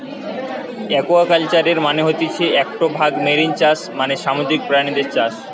একুয়াকালচারের মানে হতিছে একটো ভাগ মেরিন চাষ মানে সামুদ্রিক প্রাণীদের চাষ